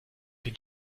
den